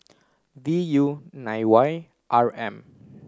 V U nine Y R M